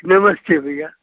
नमस्ते भैया